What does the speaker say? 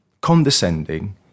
condescending